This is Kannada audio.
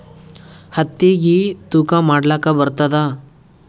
ಹತ್ತಿಗಿ ತೂಕಾ ಮಾಡಲಾಕ ಬರತ್ತಾದಾ?